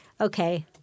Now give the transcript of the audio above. okay